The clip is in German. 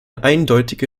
eindeutige